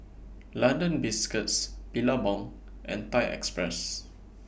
London Biscuits Billabong and Thai Express